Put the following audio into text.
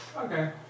Okay